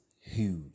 Huge